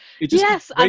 yes